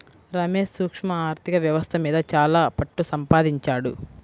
రమేష్ సూక్ష్మ ఆర్ధిక వ్యవస్థ మీద చాలా పట్టుసంపాదించాడు